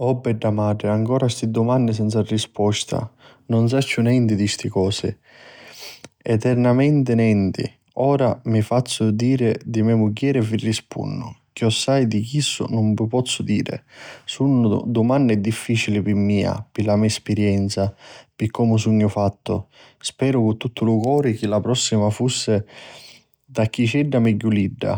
O beddamatri ancora cu sti dumanni senza risposta. Nun sacciu nenti di sti cosi, eternamenti nenti. Ora mi lu fazzu diri di me mugghieri e vi rispunnu. Chiossai di chistu nun vi pozzu diri. Sunnu dumanni difficili pi mia, pi la me spirienza, pi comu sugnu fattu. Speru cu tuttu lu me cori chi la prossima fussi tanticchiedda megghiulidda,